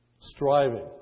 striving